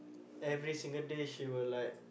every single day she will like